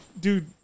dude